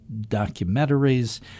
documentaries